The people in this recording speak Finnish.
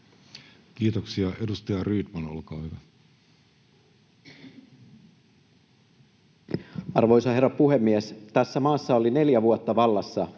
Kiitoksia. — Edustaja Rydman, olkaa hyvä. Arvoisa herra puhemies! Tässä maassa oli neljä vuotta vallassa